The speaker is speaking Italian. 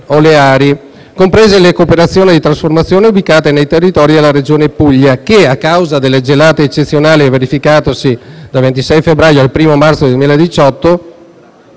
oleari, comprese le cooperative di trasformazione, ubicati nei territori della Regione Puglia che, a causa delle gelate eccezionali verificatesi dal 26 febbraio al 1° marzo 2018,